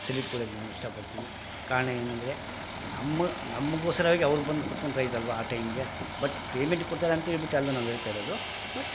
salute ಕೊಡೋಕೆ ನಾನು ಇಷ್ಟಪಡ್ತೀನಿ ಕಾರಣ ಏನೆಂದರೆ ನಮ್ಮ ನಮಗೋಸ್ಕರಾಗಿ ಅವ್ರು ಬಂದು ಕೂತ್ಕೊಳ್ತಾ ಇದ್ದರಲ್ವಾ ಆ ಟೈಮ್ಗೆ ಬಟ್ ಪೇಮೆಂಟ್ ಕೊಡ್ತಾರಂಥೇಳ್ಬಿಟ್ಟು ಅಲ್ಲ ನಾವು ಹೇಳ್ತಾಯಿರೋದು ಬಟ್